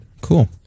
cool